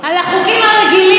עכשיו בואו נדבר על החוקים,